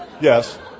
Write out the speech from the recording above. yes